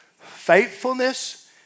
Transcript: faithfulness